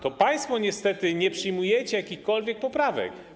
To państwo niestety nie przyjmujecie jakichkolwiek poprawek.